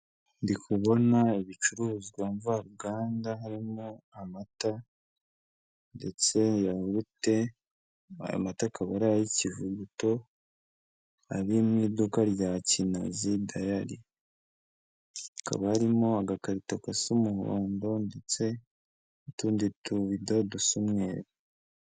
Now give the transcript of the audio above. Ndi kubona ibicuruzwa mvaruganda, harimo amata ndetse yawurute, ayo mata akaba ari ay'ikivuguto, ari mu iduka rya Kinazi dayari. Hakaba harimo agakarito gasa umuhondo ndetse n'utundi tubido dusa umweru.